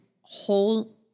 whole